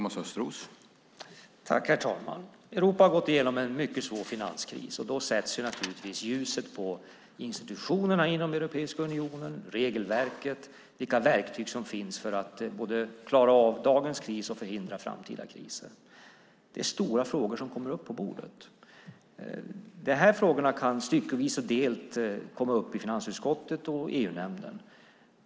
Herr talman! Europa har gått igenom en mycket svår finanskris. Då sätts naturligtvis ljuset på institutionerna inom Europeiska unionen, regelverket och vilka verktyg som finns för att klara av dagens kris och förhindra framtida kriser. Det är stora frågor som kommer upp på bordet. De frågorna kan styckevis och delt komma upp i finansutskottet och EU-nämnden.